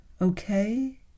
Okay